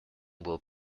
will